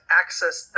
access